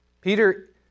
Peter